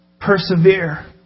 Persevere